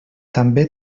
també